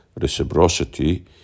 reciprocity